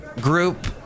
group